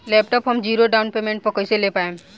Laptop हम zero down payment पर कैसे ले पाएम?